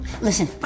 Listen